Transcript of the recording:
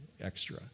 extra